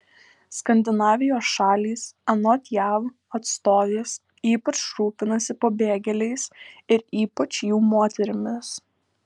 skandinavijos šalys anot jav atstovės ypač rūpinasi pabėgėliais ir ypač jų moterimis